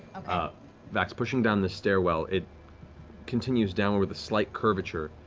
ah vax, pushing down this stairwell, it continues down with a slight curvature,